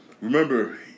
Remember